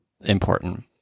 important